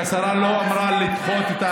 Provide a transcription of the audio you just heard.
שמן הראוי לשבת עם השרה, לא נתנו לה כבוד.